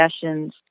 sessions